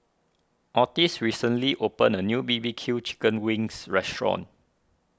Ottis recently opened a new B B Q Chicken Wings restaurant